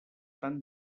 tant